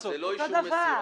זה לא אישור מסירה.